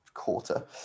quarter